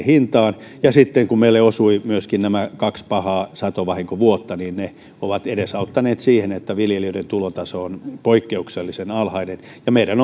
hintaan ja sitten kun meille osuivat myöskin nämä kaksi pahaa satovahinkovuotta niin ne ovat edesauttaneet sitä että viljelijöiden tulotaso on poikkeuksellisen alhainen meidän